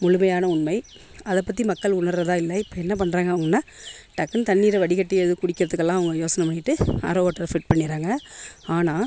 முழுமையான உண்மை அதைப் பற்றி மக்கள் உணர்கிறதா இல்லை இப்போ என்ன பண்ணுறாங்க அப்டின்னா டக்குன்னு தண்ணீரை வடிகட்டி அதை குடிக்கிறதுக்கெல்லாம் அவங்க யோசனை பண்ணிட்டு ஆர்ஓ வாட்டரை ஃபிட் பண்ணிடறாங்க ஆனால்